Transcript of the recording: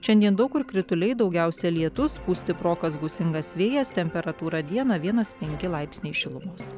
šiandien daug kur krituliai daugiausia lietus pūs stiprokas gūsingas vėjas temperatūra dieną vienas penki laipsniai šilumos